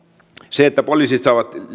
se että poliisit saavat